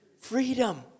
Freedom